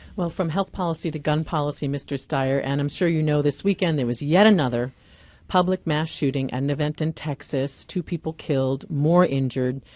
well, from health policy to gun policy, mr. steyer. and i'm sure you know this weekend there was yet another public mass shooting at an event in texas, two people killed, more injured.